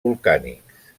volcànics